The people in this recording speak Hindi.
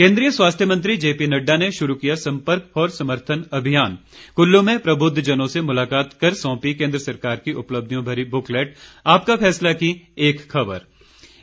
केंद्रीय स्वास्थ्य मंत्री जेपी नड्डा ने शुरू किया संपर्क फॉर समर्थन अभियान कुल्लू में प्रबुद्धजनों से मुलाकात कर सौंपी केंद्र सरकार की उपलब्धियों भरी बुकलैट आपका फैसला की एक खबर है